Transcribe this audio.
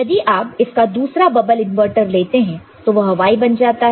यदि आप इसका दूसरा बबल इनवर्टर लेते हैं तो वह Y बन जाता है